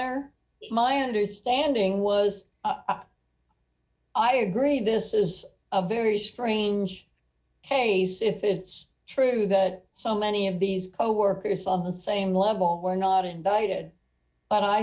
honor my understanding was i agree this is a very strange case if it's true that so many of these coworkers on the same level were not indicted but i